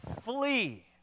flee